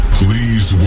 please